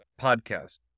podcast